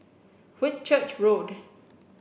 Whitchurch Road